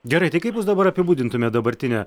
gerai tai kaip jūs dabar apibūdintumėte dabartinę